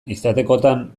izatekotan